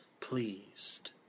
pleased